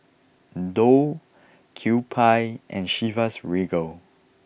Doux Kewpie and Chivas Regal